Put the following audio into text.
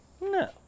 No